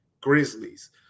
Grizzlies